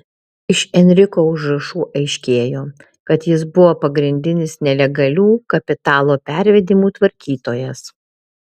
iš enriko užrašų aiškėjo kad jis buvo pagrindinis nelegalių kapitalo pervedimų tvarkytojas